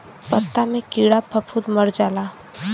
पत्ता मे कीड़ा फफूंद मर जाला